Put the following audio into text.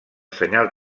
senyal